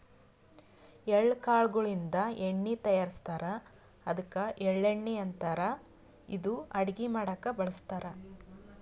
ಎಳ್ಳ ಕಾಳ್ ಗೋಳಿನ್ದ ಎಣ್ಣಿ ತಯಾರಿಸ್ತಾರ್ ಅದ್ಕ ಎಳ್ಳಣ್ಣಿ ಅಂತಾರ್ ಇದು ಅಡಗಿ ಮಾಡಕ್ಕ್ ಬಳಸ್ತಾರ್